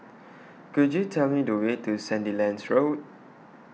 Could YOU Tell Me The Way to Sandilands Road